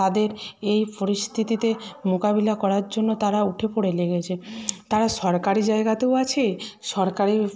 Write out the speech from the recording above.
তাদের এই পরিস্থিতিতে মোকাবিলা করার জন্য তারা উঠে পড়ে লেগেছে তারা সরকারি জায়গাতেও আছে সরকারি